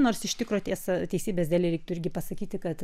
nors iš tikro tiesa teisybės dėlei reiktų irgi pasakyti kad